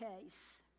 case